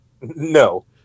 No